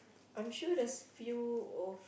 I'm sure there's few of